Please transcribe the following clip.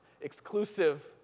Exclusive